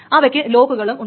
അവക്ക് ലോക്കുകളും ഉണ്ട്